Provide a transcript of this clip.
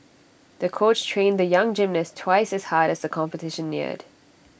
the coach trained the young gymnast twice as hard as the competition neared